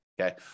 Okay